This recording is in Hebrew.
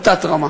הוא תת-רמה.